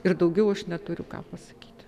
ir daugiau aš neturiu ką pasakyti